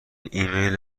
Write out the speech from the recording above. ایمیل